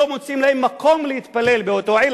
שלא מוצאים להם מקום להתפלל באותה עיר,